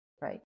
right